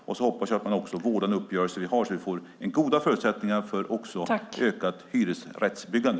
Jag hoppas att man vårdar den uppgörelse vi har så att vi får goda förutsättningar också för ett ökat hyresrättsbyggande.